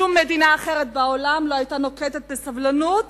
שום מדינה אחרת בעולם לא היתה נוקטת סבלנות